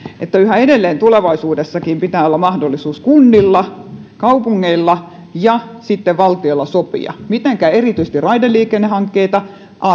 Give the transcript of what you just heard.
että yhä edelleen tulevaisuudessakin pitää olla mahdollisuus kunnilla kaupungeilla ja sitten valtiolla sopia mitenkä erityisesti raideliikennehankkeita